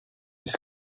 ist